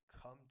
come